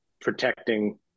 protecting